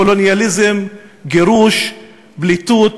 קולוניאליזם, גירוש, פליטות,